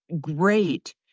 great